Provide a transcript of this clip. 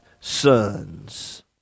sons